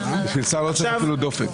בשביל שר לא צריך אפילו דופק.